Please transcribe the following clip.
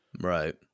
right